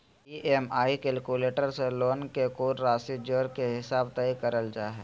EMI calculator से loan के कुल राशि जोड़ के हिसाब तय करल जा हय